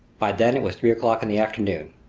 by then it was three o'clock in the afternoon.